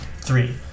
Three